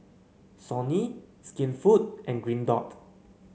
Sony Skinfood and Green Dot